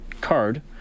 card